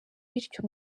bityo